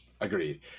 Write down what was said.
Agreed